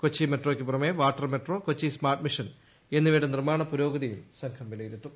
കൊച്ചി മെട്രോയ്ക്ക് പുറമെ water metro Kochi smart mission എന്നിവയുടെ നിർമ്മാണ പുരോഗതിയും സംഘം വിലയിരുത്തും